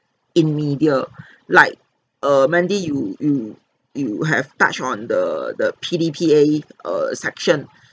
in media like err mandy you you you have touch on the the P_D_P_A err section